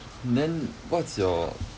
then what's your